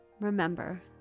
remember